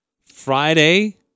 Friday